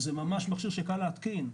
זה ממש מכשיר שקל להתקין.